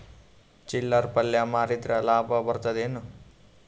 ಚಿಲ್ಲರ್ ಪಲ್ಯ ಮಾರಿದ್ರ ಲಾಭ ಬರತದ ಏನು?